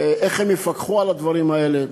איך הם יפקחו על הדברים האלה.